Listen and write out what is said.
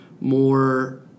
more